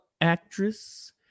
actress